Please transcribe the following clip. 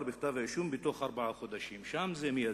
בכתב האישום בתוך ארבעה חודשים" שם זה מיידי.